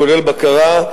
כולל בקרה,